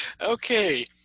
Okay